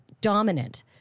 dominant